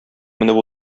менеп